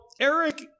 Eric